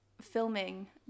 filming